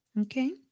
Okay